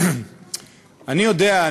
אני יודע,